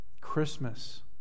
Christmas